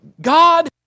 God